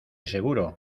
seguro